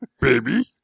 Baby